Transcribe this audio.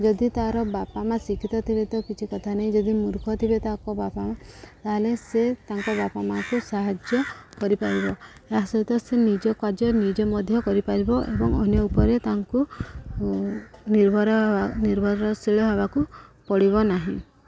ଯଦି ତାର ବାପା ମାଆ ଶିକ୍ଷିତ ତେବେ ତ କିଛି କଥା ନାହିଁ ଯଦି ମୂର୍ଖ ଥିବେ ତାଙ୍କ ବାପା ମା' ତାହେଲେ ସେ ତାଙ୍କ ବାପା ମାଆଙ୍କୁ ସାହାଯ୍ୟ କରିପାରିବ ଏହା ସହିତ ସେ ନିଜ କାର୍ଯ୍ୟ ନିଜେ ମଧ୍ୟ କରିପାରିବ ଏବଂ ଅନ୍ୟ ଉପରେ ତାଙ୍କୁ ନିର୍ଭର ନିର୍ଭରଶୀଳ ହେବାକୁ ପଡ଼ିବ ନାହିଁ